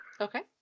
Okay